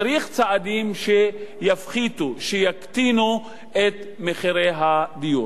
צריך צעדים שיפחיתו, שיקטינו את מחירי הדיור.